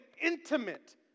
intimate